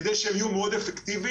כדי שהם יהיו מאוד אפקטיביים.